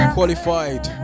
Qualified